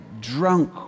drunk